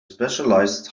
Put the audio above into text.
specialized